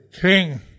king